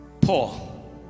Paul